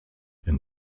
and